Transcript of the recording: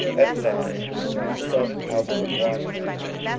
at last we started out from washington,